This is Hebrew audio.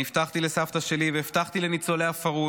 אני הבטחתי לסבתא שלי והבטחתי לניצולי הפרהוד,